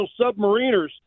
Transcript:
submariners